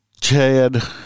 Chad